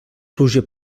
pluja